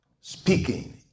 speaking